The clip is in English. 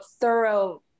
thorough